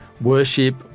worship